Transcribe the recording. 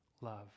love